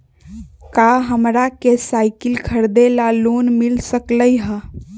का हमरा के साईकिल खरीदे ला लोन मिल सकलई ह?